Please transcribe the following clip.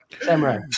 Samurai